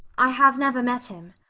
i have never met him.